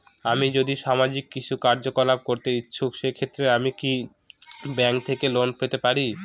আমি যদি সামাজিক কিছু কার্যকলাপ করতে ইচ্ছুক সেক্ষেত্রে আমি কি ব্যাংক থেকে লোন পেতে পারি?